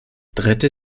dritte